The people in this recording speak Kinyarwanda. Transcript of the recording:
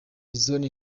zone